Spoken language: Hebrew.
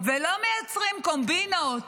ולא מייצרים קומבינות,